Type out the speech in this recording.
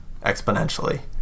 exponentially